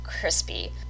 crispy